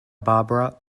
barbara